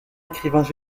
écrivains